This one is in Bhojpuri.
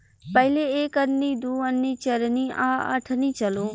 पहिले एक अन्नी, दू अन्नी, चरनी आ अठनी चलो